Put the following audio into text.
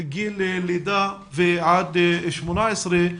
מגיל לידה ועד שמונה עשרה,